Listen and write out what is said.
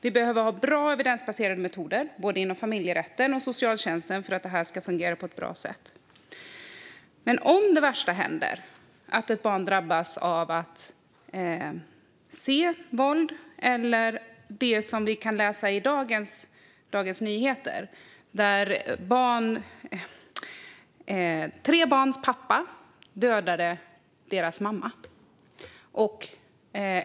Vi behöver ha bra evidensbaserade metoder både inom familjerätten och inom socialtjänsten för att detta ska fungera på ett bra sätt. Men det kan också vara så att det värsta händer och ett barn drabbas av att se våld eller av sådant som det vi kan läsa om i Dagens Nyheter i dag. Pappan till tre barn dödade barnens mamma.